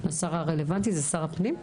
השר הרלוונטי זה שר הפנים?